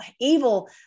evil